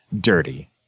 dirty